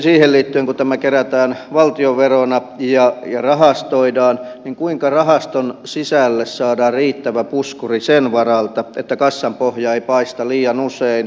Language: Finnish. kun tämä kerätään valtionverona ja rahastoidaan niin kuinka rahaston sisälle saadaan riittävä puskuri sen varalta että kassan pohja ei paista liian usein